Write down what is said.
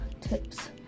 tips